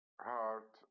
heart